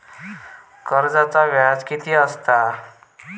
कर्जाचा व्याज कीती असता?